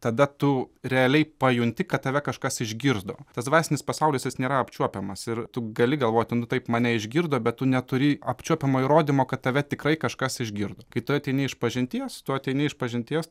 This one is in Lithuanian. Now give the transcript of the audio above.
tada tu realiai pajunti kad tave kažkas išgirdo tas dvasinis pasaulis jis nėra apčiuopiamas ir tu gali galvoti nu taip mane išgirdo bet tu neturi apčiuopiamo įrodymo kad tave tikrai kažkas išgirdo kai tu ateini išpažinties tu ateini išpažinties